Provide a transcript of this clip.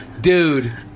dude